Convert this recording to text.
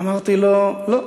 אמרתי לו: לא.